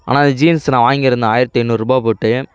ஆனால் ஜீன்ஸ் நான் வாங்கியிருந்தேன் ஆயிரத்தி ஐநூறுபாய் போட்டு